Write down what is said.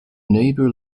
neighbor